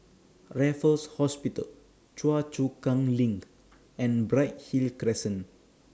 Raffles Hospital Choa Chu Kang LINK and Bright Hill Crescent